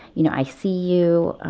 you know, i see you,